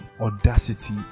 audacity